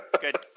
Good